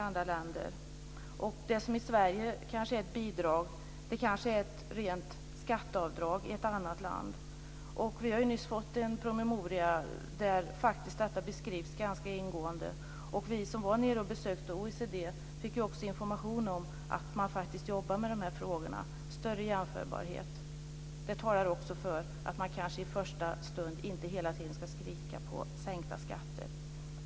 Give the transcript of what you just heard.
Ett bidrag i Sverige kan motsvaras av ett rent skatteavdrag i ett annat land. Vi har nyss fått en promemoria där detta beskrivs ganska ingående. Vi som varit nere och besökt OECD fick då information om att man där jobbar med frågor om större jämförbarhet. Det talar för att man inte hela tiden i första hand ska skrika efter sänkta skatter.